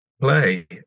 play